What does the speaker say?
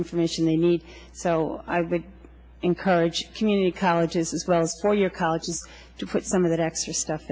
information they need so i would encourage community colleges and four year colleges to put some of that extra stuff